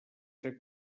ser